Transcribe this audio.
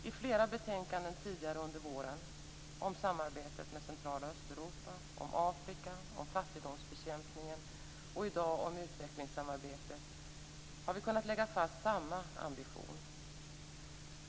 I flera betänkanden som lagts fram under våren som gällt samarbetet med Centraloch Östeuropa, Afrika och fattigdomsbekämpningen och dagens betänkande om utvecklingssamarbete har vi kunnat lägga fast samma ambition.